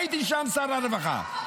הייתי שם שר הרווחה,